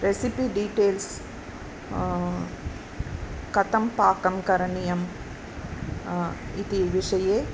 recipe details कथं पाकं करणीयम् इति विषये